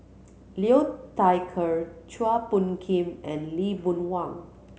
Liu Thai Ker Chua Phung Kim and Lee Boon Wang